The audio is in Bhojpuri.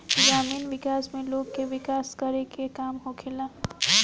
ग्रामीण विकास में लोग के विकास करे के काम होखेला